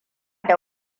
da